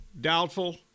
Doubtful